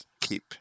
Keep